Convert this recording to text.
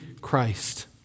Christ